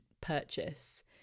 purchase